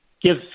give